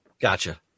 Gotcha